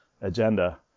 agenda